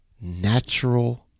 natural